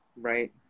Right